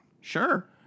Sure